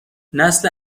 نسل